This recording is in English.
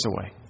away